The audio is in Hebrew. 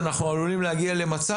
למה?